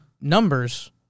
numbers